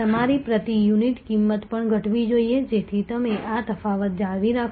તમારી પ્રતિ યુનિટ કિંમત પણ ઘટવી જોઈએ જેથી તમે આ તફાવત જાળવી રાખો